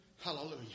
Hallelujah